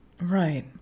Right